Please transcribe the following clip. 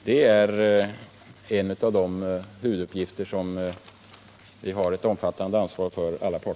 Det är en av de huvuduppgifter som alla parter har ett omfattande ansvar för.